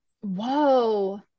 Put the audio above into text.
Whoa